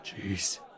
Jeez